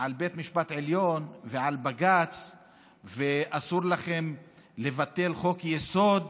על בית המשפט העליון ועל בג"ץ: אסור לכם לבטל חוק-יסוד.